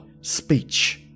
speech